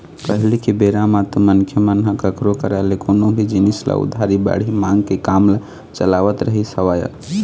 पहिली के बेरा म तो मनखे मन ह कखरो करा ले कोनो भी जिनिस ल उधारी बाड़ही मांग के काम ल चलावत रहिस हवय